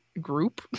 group